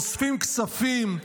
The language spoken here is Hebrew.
אוספים כספים,